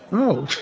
oh,